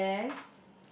and then